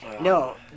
No